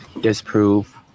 disprove